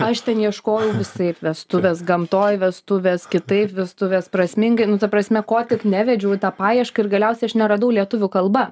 aš ten ieškojau visaip vestuvės gamtoj vestuves kitaip vestuvės prasmingai nu ta prasme ko tik nevedžiau į tą paiešką ir galiausiai aš neradau lietuvių kalba